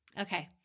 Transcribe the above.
Okay